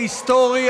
ההיסטורי,